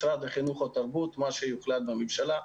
משרד החינוך או משרד התרבות, מה שיוחלט מהממשלה.